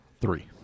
Three